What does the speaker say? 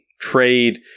trade